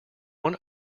one